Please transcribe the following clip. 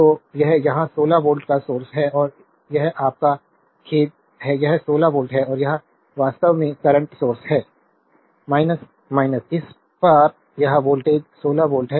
तो यह यहाँ 16 वोल्ट का सोर्स है और यह आपका खेद है यह 16 वोल्ट है और यह वास्तव में करंट सोर्स है इस पार यह वोल्टेज 16 वोल्ट है